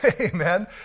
amen